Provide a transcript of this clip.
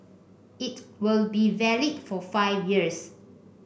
it will be valid for five years